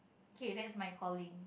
K that's my calling